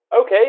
Okay